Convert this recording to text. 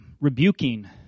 rebuking